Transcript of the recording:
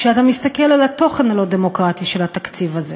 כשאתה מסתכל על התוכן הלא-דמוקרטי של התקציב הזה,